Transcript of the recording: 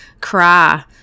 cry